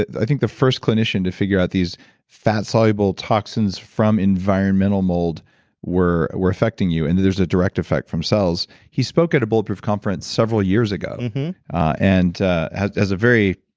i think the first clinician to figure out these fat soluble toxins from environmental mold were were affecting you and that there's a direct effect from cells. he spoke at a bulletproof conference several years ago and ah has has a very,